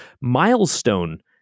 milestone